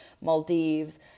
Maldives